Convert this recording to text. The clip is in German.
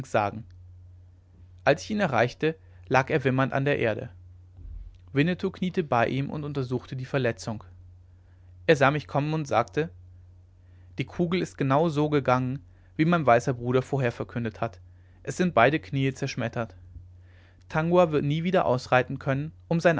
sagen als ich ihn erreichte lag er wimmernd an der erde winnetou kniete bei ihm und untersuchte die verletzung er sah mich kommen und sagte die kugel ist genau so gegangen wie mein weißer bruder vorherverkündet hat es sind beide kniee zerschmettert tangua wird nie wieder ausreiten können um sein